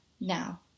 now